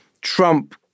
Trump